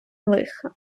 лиха